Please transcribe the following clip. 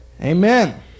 Amen